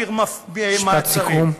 ולהגביר מעצרים.